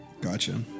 Gotcha